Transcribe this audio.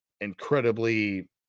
Incredibly